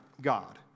God